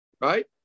Right